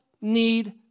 need